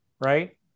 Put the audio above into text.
right